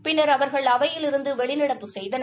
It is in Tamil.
பின்னா் அவா்கள் அவையிலிருந்து வெளிநடப்பு செய்தனர்